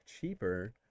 cheaper